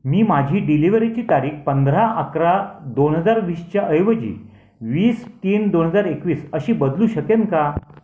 मी माझी डिलिवरीची तारीख पंधरा अकरा दोन हजार वीसच्या ऐवजी वीस तीन दोन हजार एकवीस अशी बदलू शकेन का